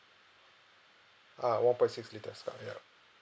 ah one point six litres car ya